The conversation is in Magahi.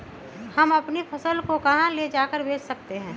हम अपनी फसल को कहां ले जाकर बेच सकते हैं?